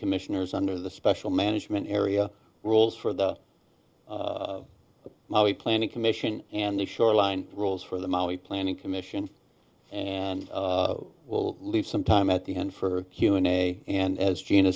commissioners under the special management area rules for the maui planning commission and the shoreline rules for the maui planning commission and will leave some time at the end for humanae and as gina